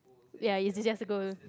ya is it just to go